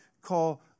call